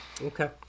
Okay